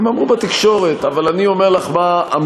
הם אמרו בתקשורת, אבל אני אומר לך מה אמרו.